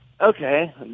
Okay